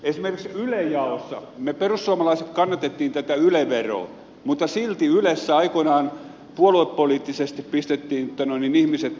esimerkiksi yle jaossa me perussuomalaiset kannatimme tätä yle veroa mutta silti ylessä aikoinaan puoluepoliittisesti pistettiin ihmiset hommiin